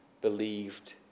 believed